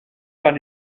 par